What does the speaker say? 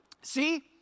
See